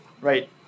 right